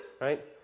right